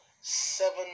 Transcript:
seven